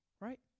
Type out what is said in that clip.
Right